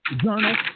journal